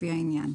לפי העניין.